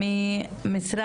כמובן.